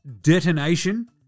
detonation